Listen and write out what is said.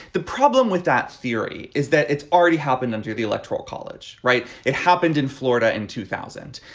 the problem with that theory is that it's already happened under the electoral college. right. it happened in florida in two thousand.